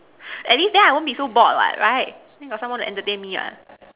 at least then I won't be so bored what right got someone to entertain me what